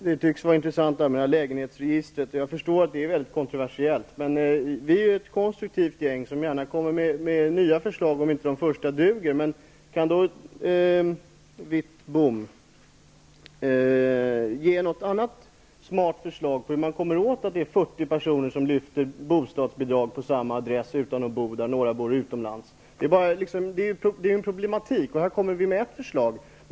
Herr talman! Lägenhetsregistret tycks vara intressant, och jag förstår att det är väldigt kontroversiellt. Men vi är ett konstruktivt gäng, som gärna kommer med nya förslag om inte de första duger. Kan då Bengt Wittbom ge något annat smart förslag på hur man kommer åt att 40 personer, varav några bor utomlands, lyfter bostadsbidrag på samma adress utan att bo där? Det är en problematik, och här kommer vi med ett förslag.